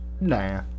nah